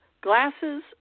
glasses